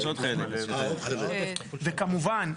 וכמובן,